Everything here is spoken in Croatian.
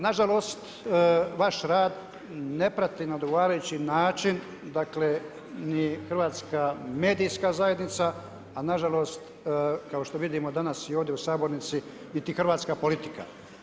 Nažalost, vaš rad, ne prati na odgovarajući način, dakle, ni hrvatska medijska zajednica, a nažalost, kao što vidimo danas i ovdje u Sabornici, niti hrvatska politika.